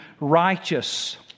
righteous